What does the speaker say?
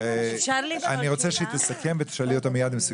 והתחילו טיפה לפני.